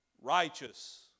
Righteous